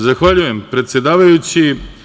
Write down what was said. Zahvaljujem, predsedavajući.